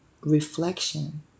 reflection